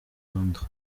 londres